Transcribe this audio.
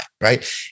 right